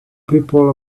people